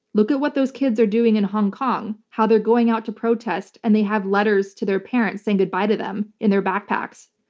look at what those kids are doing in hong kong, how they're going out to protest, and they have letters to their parents saying goodbye to them in their backpacks.